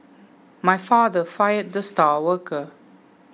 my father fired the star worker